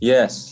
Yes